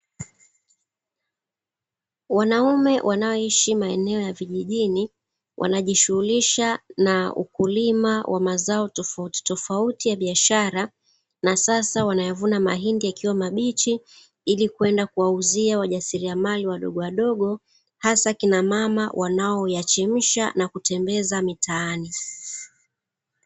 Wanaume wanaoishi maeneo ya vijijini wanajishughulisha na ukulima wa mazao tofauti tofauti ya biashara, na sasa wanayavuna mahindi yakiwa mabichi ili kwenda kuwauzia wajasiriamali wadogowadogo hasa kinamama wanayoyachemsha na kutembeza mtaani.